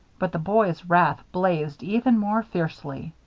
but the boy's wrath blazed even more fiercely.